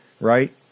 Right